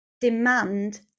demand